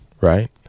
Right